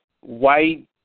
White